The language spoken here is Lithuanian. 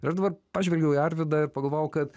ir aš dabar pažvelgiau į arvydą ir pagalvojau kad